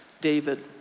David